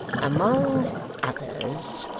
among others,